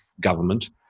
government